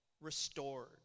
restored